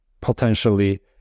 potentially